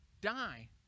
die